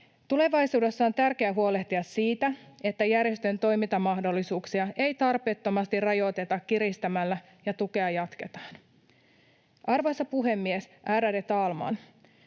Tulevaisuudessa on tärkeää huolehtia siitä, että järjestöjen toimintamahdollisuuksia ei tarpeettomasti rajoiteta kiristämällä ja että tukea jatketaan. Arvoisa puhemies, ärade talman!